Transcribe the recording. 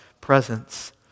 presence